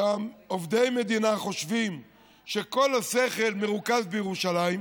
שעובדי מדינה חושבים שכל השכל מרוכז בירושלים,